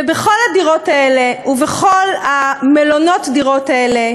ובכל הדירות האלה ובכל מלונות הדירות האלה,